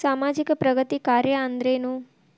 ಸಾಮಾಜಿಕ ಪ್ರಗತಿ ಕಾರ್ಯಾ ಅಂದ್ರೇನು?